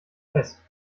fest